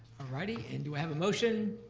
righty, and do i have a motion?